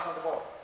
the ball?